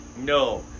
No